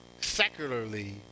secularly